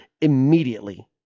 immediately